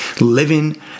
living